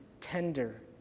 tender